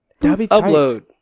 Upload